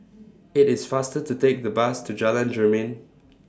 IT IS faster to Take The Bus to Jalan Jermin